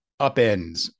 upends